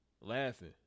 Laughing